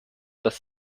das